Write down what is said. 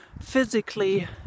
physically